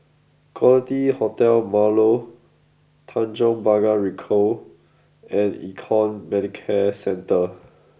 Quality Hotel Marlow Tanjong Pagar Ricoh and Econ Medicare Centre